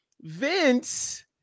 Vince